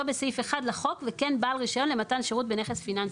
בסעיף (1) לחוק וכן בעל רישיון למתן שירות בנכס פיננסי".